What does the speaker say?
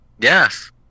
Yes